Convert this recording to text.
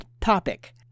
topic